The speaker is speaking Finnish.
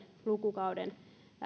lukukauden